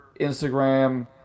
instagram